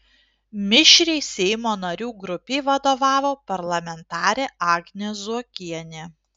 mišriai seimo narių grupei vadovavo parlamentarė agnė zuokienė